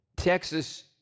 Texas